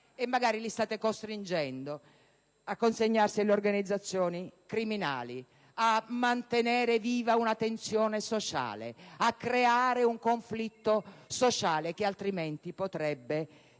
e magari li state costringendo a consegnarsi alle organizzazioni criminali, state rischiando di creare un conflitto sociale che altrimenti potrebbe